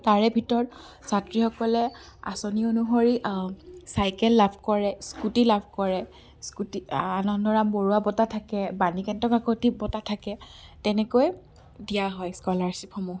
তাৰে ভিতৰত ছাত্ৰীসকলে আঁচনি অনুসৰি চাইকেল লাভ কৰে স্কুটি লাভ কৰে স্কুটি আনন্দৰাম বৰুৱা বঁটা থাকে বাণীকান্ত কাকতী বঁটা থাকে তেনেকৈ দিয়া হয় স্ক'লাৰশ্বিপসমূহ